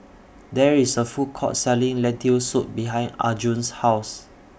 There IS A Food Court Selling Lentil Soup behind Arjun's House